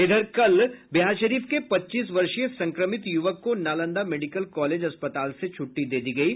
इधर कल बिहारशरीफ के पच्चीस वर्षीय संक्रमित यूवक को नालंदा मेडिकल कॉलेज अस्पताल से छुट्टी दे दी गयी